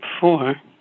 four